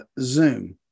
zoom